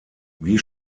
wie